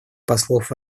послов